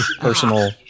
personal